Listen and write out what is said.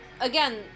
again